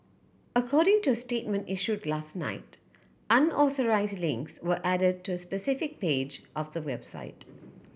according to a statement issued last night unauthorised links were added to a specific page of the website